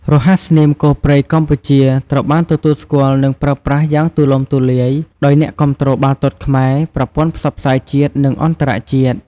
រហស្សនាម "គោព្រៃកម្ពុជា" ត្រូវបានទទួលស្គាល់ និងប្រើប្រាស់យ៉ាងទូលំទូលាយដោយអ្នកគាំទ្របាល់ទាត់ខ្មែរ ប្រព័ន្ធផ្សព្វផ្សាយជាតិ និងអន្តរជាតិ។